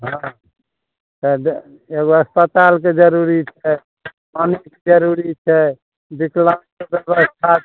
यहाँ तऽ एगो अस्पतालके जरूरी छै पानि जरूरी छै बिकलाँगके व्वयस्था